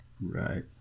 Right